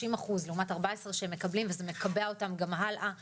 30 אחוז לעומת 14 שהם מקבלים וזה מקבע אותם גם הלאה קדימה,